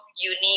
unique